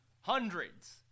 hundreds